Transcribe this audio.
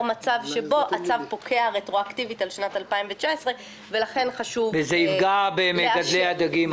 מצב שבו הצו פוקע רטרואקטיבית על שנת 2019. זה יפגע במגדלי הדגים.